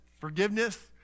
forgiveness